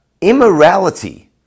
Immorality